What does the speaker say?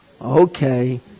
Okay